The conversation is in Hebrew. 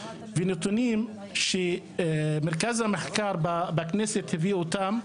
ונתונים שמרכז המרכז בכנסת הביא אותם,